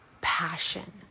passion